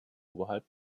oberhalb